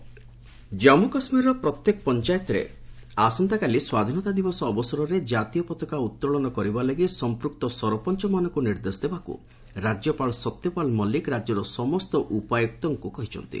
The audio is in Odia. ଜେକେ ଟ୍ରାଇ କଲର୍ ଜାନ୍ମୁ କାଶ୍ମୀରର ପ୍ରତ୍ୟେକ ପଞ୍ଚାୟତରେ ଆସନ୍ତାକାଲି ସ୍ୱାଧୀନତା ଦିବସ ଅବସରରେ କାତୀୟ ପତାକା ଉତ୍ତୋଳନ କରିବା ଲାଗି ସଂପୃକ୍ତ ସରପଞ୍ଚମାନଙ୍କୁ ନିର୍ଦ୍ଦେଶ ଦେବାକୁ ରାଜ୍ୟପାଳ ସତ୍ୟପାଲ ମଲିକ ରାଜ୍ୟର ସମସ୍ତ ଉପାୟୁକ୍ତଙ୍କୁ କହିଛନ୍ତି